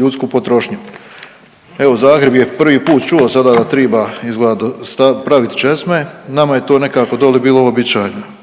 ljudsku potrošnju. Evo Zagreb je prvi put čuo sada da triba izgleda pravit česme, nama je to nekako doli bilo uobičajeno.